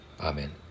Amen